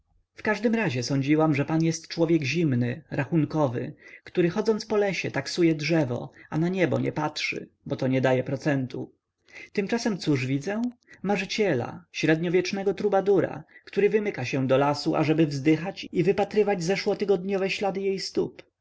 w każdym razie sądziłam że pan jest człowiek zimny rachunkowy który chodząc po lesie taksuje drzewo a na niebo nie patrzy bo to nie daje procentu tymczasem cóż widzę marzyciela średniowiecznego trubadura który wymyka się do lasu ażeby wzdychać i wypatrywać zeszłotygodniowe ślady jej stóp